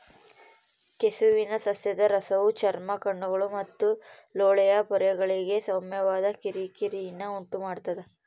ಕೆಸುವಿನ ಸಸ್ಯದ ರಸವು ಚರ್ಮ ಕಣ್ಣುಗಳು ಮತ್ತು ಲೋಳೆಯ ಪೊರೆಗಳಿಗೆ ಸೌಮ್ಯವಾದ ಕಿರಿಕಿರಿನ ಉಂಟುಮಾಡ್ತದ